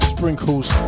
Sprinkles